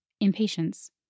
Impatience